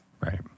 Right